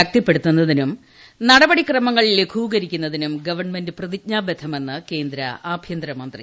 ശക്തിപ്പെടുത്തുന്നതിനും നടപടി ക്രമങ്ങൾ ലഘൂകരിക്കുന്നതിനും ഗവൺമെന്റ് പ്രതിജ്ഞാബദ്ധമെന്ന് കേന്ദ്ര ആഭ്യന്തരമന്ത്രി